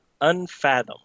Unfathom